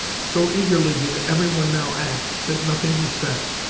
so eagerly did every one now act, that nothing was said.